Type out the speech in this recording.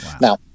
Now